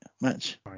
match